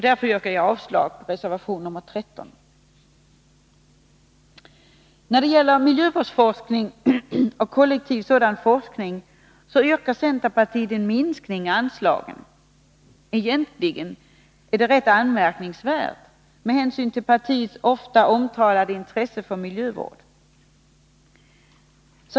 Därför yrkar jag avslag på reservation nr 13. När det gäller miljövårdsforskning och kollektiv forskning inom miljöområdet yrkar centern en minskning av anslagen. Egentligen är detta anmärkningsvärt med hänsyn till partiets ofta uttalade intresse för miljövård.